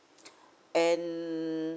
and